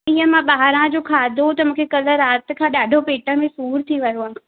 हीअं मां ॿाहिरां जो खाधो त मूंखे कल्हि राति खां ॾाढो पेट में सूरु थी वियो आहे